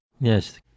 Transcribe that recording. yes